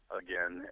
again